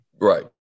Right